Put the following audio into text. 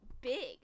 big